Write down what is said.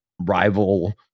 rival